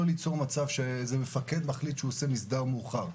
ליצור מצב שמפקד מחליט שהוא עושה מסדר מאוחר.